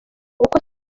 uko